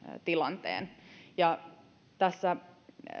tilanteen tässä